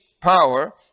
power